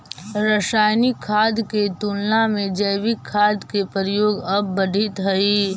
रासायनिक खाद के तुलना में जैविक खाद के प्रयोग अब बढ़ित हई